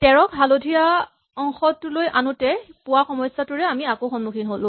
১৩ ক হালধীয়া অংশলৈ আনোতে পোৱা সমস্যাটোৰে আমি আকৌ সন্মুখীন হ'লো